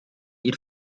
ihr